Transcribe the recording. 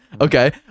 Okay